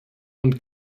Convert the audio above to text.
und